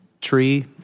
tree